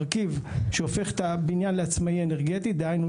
מרכיב שהופך את הבניין לעצמאי אנרגטית דהיינו,